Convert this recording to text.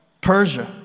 Persia